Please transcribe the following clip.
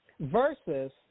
versus